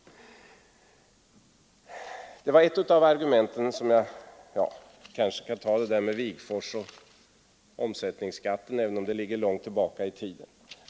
Jag skall beröra några av finansministerns argument; jag kanske kan börja med Wigforss och omsättningsskatten, även om det ligger långt tillbaka i tiden.